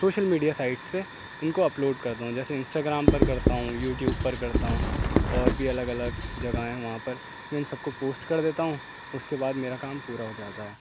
social media sites پہ ان کو اپلوڈ کرتا ہوں جیسے انسٹاگرام پر کرتا ہوں یوٹیوب پر کرتا ہوں اور بھی الگ الگ جگہیں ہیں وہاں پر میں ان سب کو پوسٹ کر دیتا ہوں اس کے بعد میرا کام پورا ہو جاتا ہے